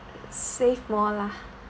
save more lah